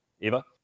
Eva